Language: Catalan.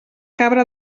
cabra